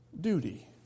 duty